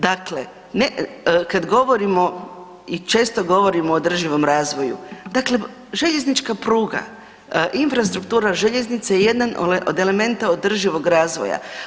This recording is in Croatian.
Dakle, kad govorimo i često govorimo o održivom razvoju, dakle željeznička pruga, infrastruktura željeznice je jedan od elementa održivog razvoja.